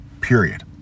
period